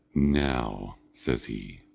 now, says he,